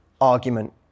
argument